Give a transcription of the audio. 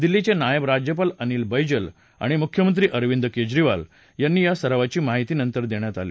दिल्लीचे नायब राज्यपाल अनिल बैजल आणि मुख्यमंत्री अरविंद केजरीवाल यांना या सरावाची माहिती नंतर देण्यात आली